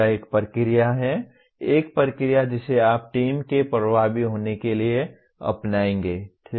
यह एक प्रक्रिया है एक प्रक्रिया जिसे आप टीम के प्रभावी होने के लिए अपनाएंगे ठीक है